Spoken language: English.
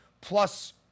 plus